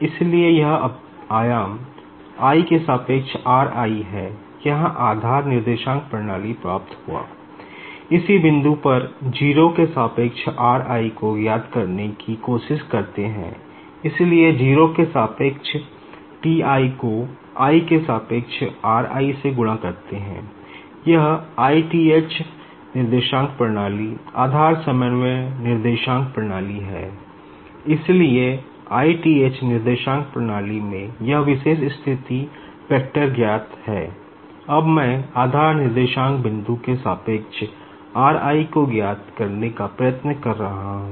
इसलिए i th coordinate system में यह विशेष स्थिति वेक्टर ज्ञात है अब मैं आधार निर्देशांक बिंदु के सापेक्ष r i को ज्ञात करने का प्रयत्न कर रहा हूं